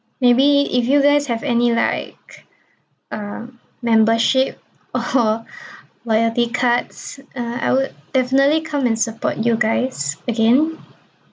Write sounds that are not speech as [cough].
maybe if you guys have any like uh membership or [laughs] [breath] loyalty cards uh I would definitely come and support you guys again